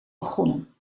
begonnen